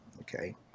Okay